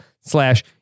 slash